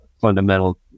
fundamental